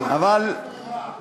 מה הוא נתן בתמורה?